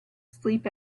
sleep